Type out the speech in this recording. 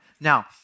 Now